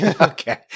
Okay